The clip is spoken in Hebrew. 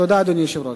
תודה, אדוני היושב-ראש.